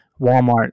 Walmart